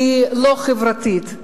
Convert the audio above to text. היא לא חברתית.